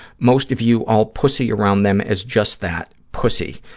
most of you all pussy around them is just that, pussy,